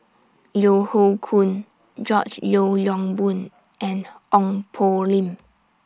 Yeo Hoe Koon George Yeo Yong Boon and Ong Poh Lim